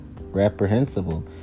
reprehensible